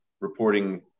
reporting